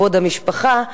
כבוד המשפחה,